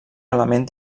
element